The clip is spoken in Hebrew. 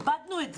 איבדנו את זה.